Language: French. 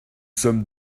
sommes